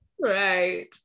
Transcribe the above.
Right